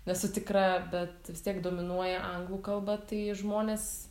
nesu tikra bet vis tiek dominuoja anglų kalba tai žmonės